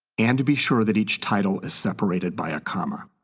and be sure that each title is separated by a comma.